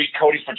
cody